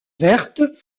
vertes